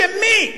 בשם מי